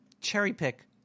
cherry-pick